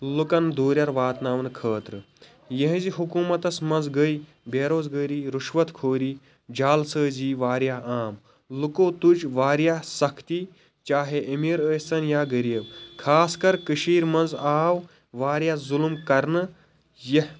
لوٗکن دوٗریٚر واتناونہٕ خٲطرٕ یِہنٛزِ حُکوٗمَتس منٛز گٔے بے روزگٲری رُشوت خوری جالسٲزی واریاہ عام لوٗکو تُجۍ واریاہ سختی چاہے امیٖر ٲسۍ تن یا غریٖب خاص کر کٔشیٖرِ مںٛز آو واریاہ ظلم کرنہٕ ییٚتھ